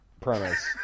premise